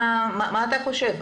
מה אתה חושב?